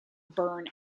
burn